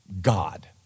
God